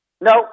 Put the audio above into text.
No